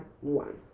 one